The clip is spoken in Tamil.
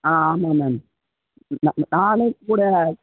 ஆ ஆமாம் மேம் ம ம நானேக் கூட